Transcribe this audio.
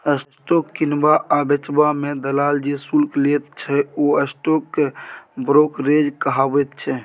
stock किनबा आ बेचबा मे दलाल जे शुल्क लैत छै ओ स्टॉक ब्रोकरेज कहाबैत छै